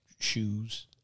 shoes